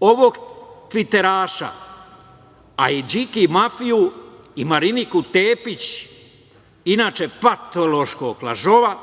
Ovog tviteraša, a i Điki mafiju i Mariniku Tepić, inače, patološkog lažova,